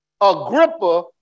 Agrippa